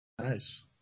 Nice